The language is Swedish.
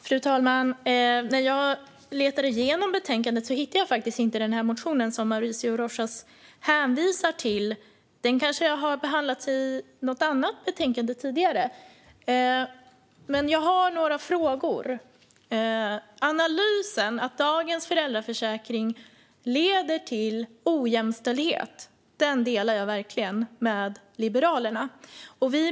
Fru talman! När jag letar igenom betänkandet hittar jag inte den motion som Mauricio Rojas hänvisar till, men den kanske har behandlats i något annat betänkande tidigare. Jag har några funderingar. Analysen att dagens föräldraförsäkring leder till ojämställdhet delar jag med Liberalerna.